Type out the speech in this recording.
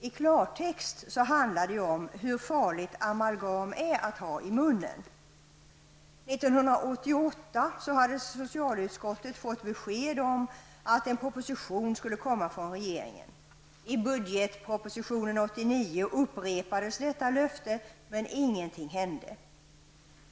I klartext handlar det ju om hur farligt amalgam är att ha i munnen. 1988 hade socialutskottet fått besked om att en proposition skulle komma från regeringen. I budgetpropositionen 1989 upprepades detta löfte, men ingenting hände.